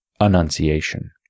annunciation